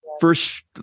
first